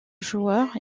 joueur